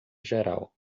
geral